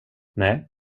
nej